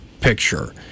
picture